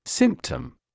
Symptom